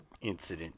incident